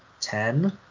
ten